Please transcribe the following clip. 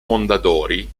mondadori